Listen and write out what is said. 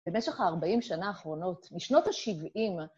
במשך הארבעים שנה האחרונות, משנות השבעים...